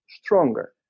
stronger